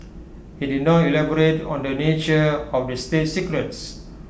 IT did not elaborate on the nature of the state secrets